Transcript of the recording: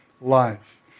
life